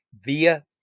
via